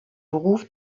beruf